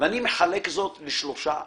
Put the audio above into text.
אני מחלק זאת לשלושה חלקים,